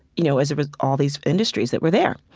you know, as a all these industries that were there.